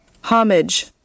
Homage